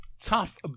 Tough